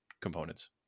components